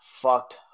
fucked